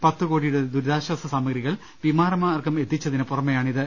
പത്ത്കോടിയുടെ ദുരി താശ്വാസ സാമഗ്രികൾ വിമാനമാർഗ്ഗം എത്തിച്ചതിന് പുറമെയാ ണിത്